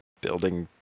building